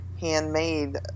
handmade